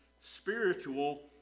spiritual